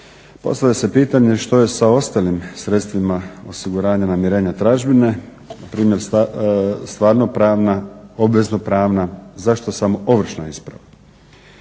Postavlja se pitanje što je sa ostalim sredstvima osiguranja namirenja tražbine, primjer stvarno pravna, obvezno pravna, zašto samo ovršna isprava.